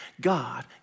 God